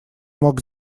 мог